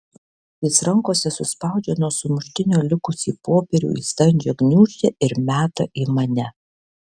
jis rankose suspaudžia nuo sumuštinio likusį popierių į standžią gniūžtę ir meta į mane